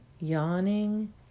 yawning